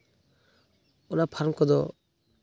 ᱚᱱᱟ ᱯᱷᱟᱨᱢ ᱠᱚᱫᱚ